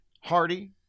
Hardy